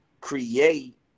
create